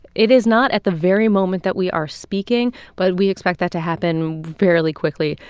it is not at the very moment that we are speaking. but we expect that to happen fairly quickly.